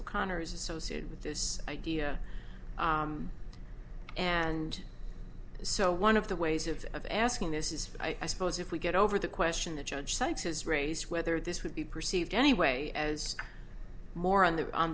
o'connor is associated with this idea and so one of the ways of of asking this is i suppose if we get over the question the judge sides has raised whether this would be perceived anyway as more on the on